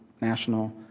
national